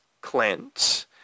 Clint